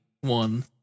one